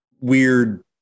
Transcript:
weird